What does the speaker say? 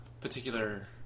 particular